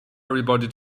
everybody